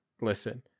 Listen